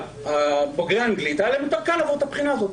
פשוט לבוגרי האנגלית היה יותר קל לעבור את הבחינה הזאת.